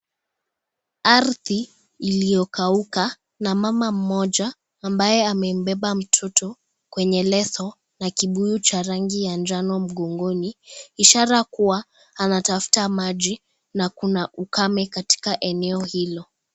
Arthi iliokauka na mama mmoja ambaye amebeba mtoto kwenye leso na kibuyu cha rangi ya njano mgongoni ishara kuwa anatafta maji na kuna ukame katika eneo hilo.